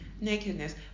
nakedness